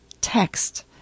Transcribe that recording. text